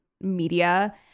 media